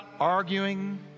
arguing